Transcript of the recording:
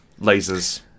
Lasers